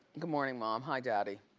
good morning, mom, hi, daddy.